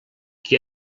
qui